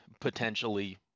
potentially